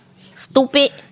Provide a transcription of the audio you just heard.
stupid